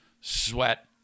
sweat